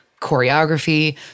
choreography